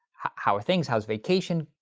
how are things? how's vacation?